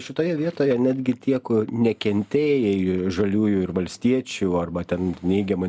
šitoje vietoje netgi tiek nekentėjai žaliųjų ir valstiečių arba ten neigiamai